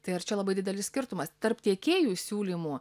tai ar čia labai didelis skirtumas tarp tiekėjų siūlymų